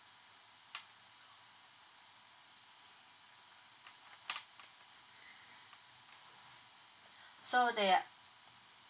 so they're